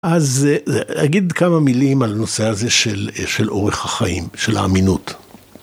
אז אגיד כמה מילים על הנושא הזה של אורך החיים, של האמינות.